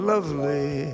Lovely